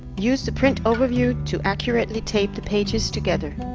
use the print overview to accurately tape the pages together.